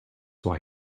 why